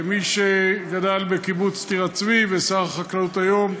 כמי שגדל בקיבוץ טירת צבי והוא שר החקלאות היום,